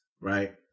Right